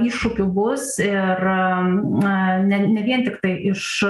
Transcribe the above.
iššūkių bus ir na ne vien tiktai iš